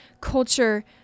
culture